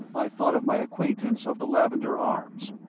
i thought of my acquaintance of the lavender arms,